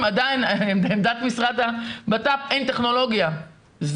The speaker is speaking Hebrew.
עדיין בעמדת משרד הבט"פ אין טכנולוגיה.